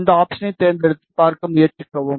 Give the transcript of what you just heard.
இந்த ஆப்ஷனை தேர்ந்தெடுத்து பார்க்க முயற்சிக்கவும்